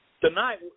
tonight